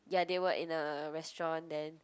ya they were in a restaurant then